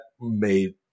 made